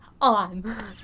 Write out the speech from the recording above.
on